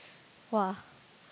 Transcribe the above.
!wah!